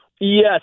yes